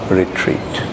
retreat